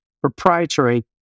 proprietary